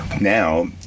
now